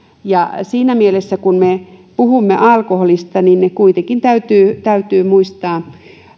ja siinä mielessä kun me puhumme alkoholista niin kuitenkin täytyy täytyy muistaa